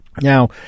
Now